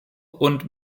und